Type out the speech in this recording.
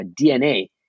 DNA